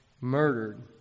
murdered